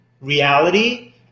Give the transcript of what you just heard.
reality